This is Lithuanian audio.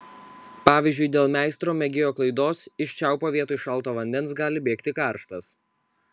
pavyzdžiui dėl meistro mėgėjo klaidos iš čiaupo vietoj šalto vandens gali bėgti karštas